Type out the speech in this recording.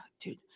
Dude